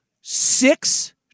Six